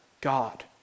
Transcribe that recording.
God